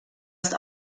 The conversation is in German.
ist